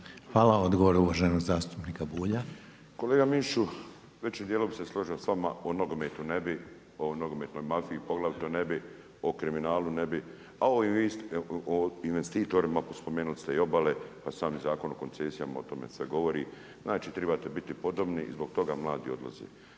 Hvala. Odgovor uvaženog zastupnika Bulja. **Bulj, Miro (MOST)** Kolega Mišiću, većim dijelom bih se složio s vama, o nogometu ne bi, o nogometnoj mafiji poglavito ne bi, o kriminalu ne bi a o investitorima, spomenuli ste i obale pa sami Zakon o koncesijama o tome sve govori. Znači trebate biti podobni i zbog toga mladi odlaze.